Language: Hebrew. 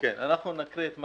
אנחנו נקריא.